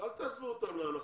תעזבו אותם לאנחות.